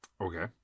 Okay